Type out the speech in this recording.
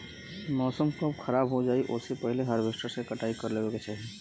मौसम कब खराब हो जाई ओसे पहिले हॉरवेस्टर से कटाई कर लेवे के चाही